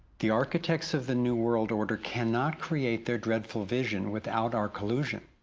the architects of the new world order can not create their threatful vision, without our collusion.